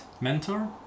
Mentor